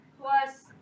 plus